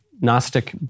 Gnostic